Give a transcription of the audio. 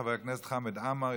חבר הכנסת חמד עמאר,